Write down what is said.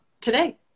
today